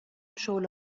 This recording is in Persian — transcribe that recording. شعله